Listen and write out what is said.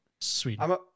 Sweden